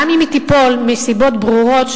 גם אם היא תיפול מסיבות ברורות,